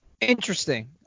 Interesting